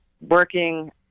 working